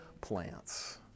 plants